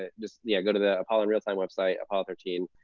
ah just yeah go to the apollo real time website, apollo thirteen.